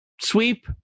sweep